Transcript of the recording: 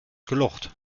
gelocht